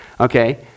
Okay